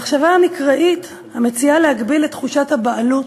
המחשבה המקראית מציעה להגביל את תחושת הבעלות,